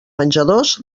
menjadors